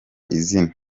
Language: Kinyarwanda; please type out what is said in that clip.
izina